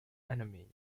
enemies